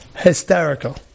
Hysterical